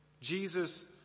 Jesus